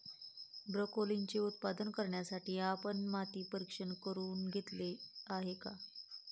ब्रोकोलीचे उत्पादन करण्यासाठी आपण माती परीक्षण करुन घेतले आहे का?